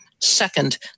second